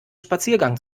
spaziergang